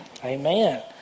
Amen